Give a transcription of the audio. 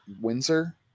windsor